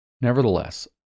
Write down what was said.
Nevertheless